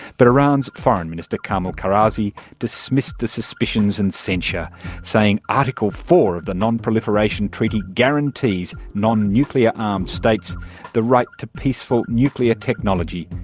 but iran's foreign minister, karmal karazi, dismissed the suspicions and censure saying article four of the non proliferation treaty guarantees non-nuclear arms um states the right to peaceful nuclear technology,